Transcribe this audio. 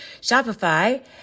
Shopify